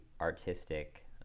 artistic